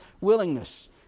willingness